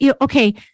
okay